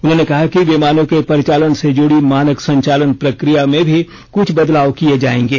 उन्होंने कहा कि विमानों के परिचालन से जुड़ी मानक संचालन प्रक्रिया में भी कुछ बदलाव किए जाएंगे